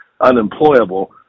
unemployable